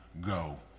go